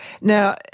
Now